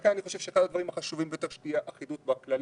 לכן אני חושב שאחד הדברים החשובים ביותר הוא שתהיה אחידות בכללים